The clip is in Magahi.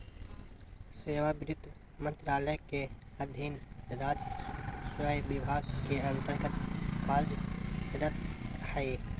सेवा वित्त मंत्रालय के अधीन राजस्व विभाग के अन्तर्गत्त कार्यरत हइ